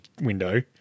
window